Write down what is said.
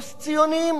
לאן הגענו?